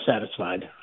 satisfied